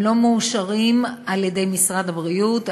הם לא מאושרים על-ידי משרד הבריאות,